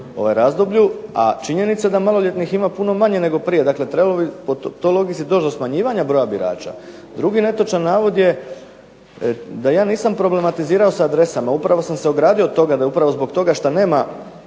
tom razdoblju. A činjenica da maloljetnih ima puno manje nego prije. Dakle, trebalo bi po toj logici doći do smanjivanja broja birača. Drugi netočan navod je da ja nisam problematizirao sa adresama. Upravo sam se ogradio od toga da upravo zbog toga šta nema